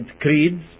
creeds